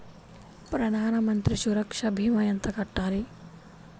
ప్రధాన మంత్రి సురక్ష భీమా ఎంత కట్టాలి?